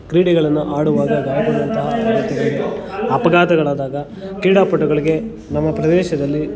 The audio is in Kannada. ಕ್ರೀಡೆಗಳನ್ನು ಆಡುವಾಗ ಗಾಯಗೊಂಡಂತಹ ವಿದ್ಯಾರ್ಥಿಗಳಿಗೆ ಅಪಘಾತಗಳಾದಾಗ ಕ್ರೀಡಾಪಟುಗಳಿಗೆ ನಮ್ಮ ಪ್ರದೇಶದಲ್ಲಿ